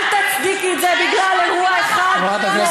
אל תצדיקי את זה בגלל אירוע אחד, נורא ככל שיהיה.